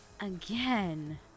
Again